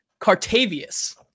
Cartavius